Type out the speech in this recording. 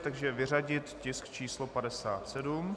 Takže vyřadit tisk číslo 57.